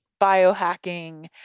biohacking